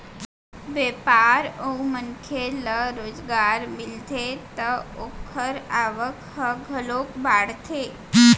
बेपार अउ मनखे ल रोजगार मिलथे त ओखर आवक ह घलोक बाड़थे